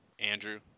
Andrew